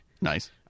nice